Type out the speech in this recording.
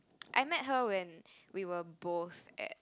I met her when we were both at